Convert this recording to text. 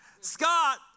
Scott